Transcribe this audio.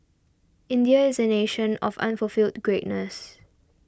India is a nation of unfulfilled greatness